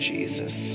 Jesus